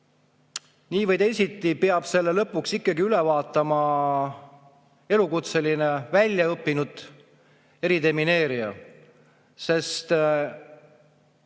nii või teisiti peab selle lõpuks ikkagi üle vaatama elukutseline, väljaõppinud eridemineerija, sest